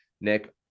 Nick